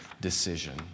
decision